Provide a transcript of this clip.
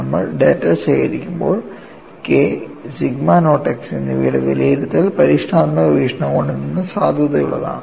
നമ്മൾ ഡാറ്റ ശേഖരിക്കുമ്പോൾ K sigma naught x എന്നിവയുടെ വിലയിരുത്തൽ പരീക്ഷണാത്മക വീക്ഷണകോണിൽ നിന്ന് സാധുതയുള്ളതാണ്